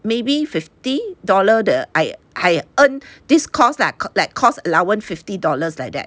maybe fifty dollar the I I earn this course lah like course allowance fifty dollars like that